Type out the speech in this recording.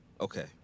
okay